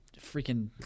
freaking